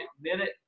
minute